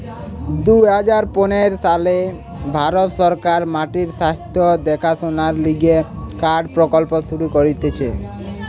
দুই হাজার পনের সালে ভারত সরকার মাটির স্বাস্থ্য দেখাশোনার লিগে কার্ড প্রকল্প শুরু করতিছে